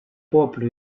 poplu